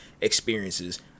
experiences